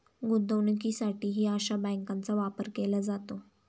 गुंतवणुकीसाठीही अशा बँकांचा वापर केला जातो